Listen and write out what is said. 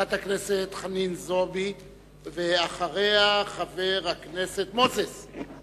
חברת הכנסת חנין זועבי, ואחריה, חבר הכנסת מוזס.